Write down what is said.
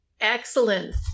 Excellent